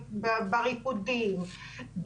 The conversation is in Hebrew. בריפודים,